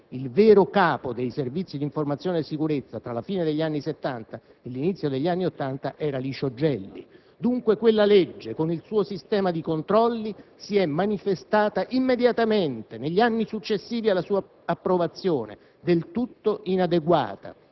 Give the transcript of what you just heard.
erano nelle mani della loggia massonica P2: il vero capo dei Servizi di informazione e sicurezza, tra la fine degli anni Settanta e l'inizio degli anni Ottanta, era Licio Gelli. Dunque quella legge, con il suo sistema di controlli, si è manifestata immediatamente, negli anni successivi alla sua